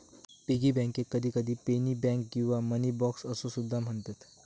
piggy बँकेक कधीकधी penny bank किंवा मनी बॉक्स असो सुद्धा म्हणतत